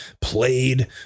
played